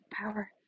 power